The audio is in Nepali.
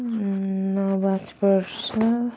नमाज पढ्छ